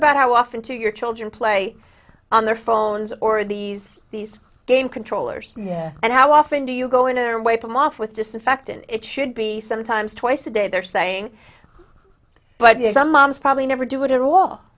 about how often to your children play on their phones or these these game controllers and how often do you go into their weight off with disinfectant it should be sometimes twice a day they're saying but some moms probably never do it at all